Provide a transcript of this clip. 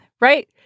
right